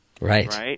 right